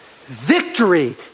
Victory